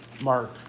Mark